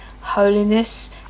holiness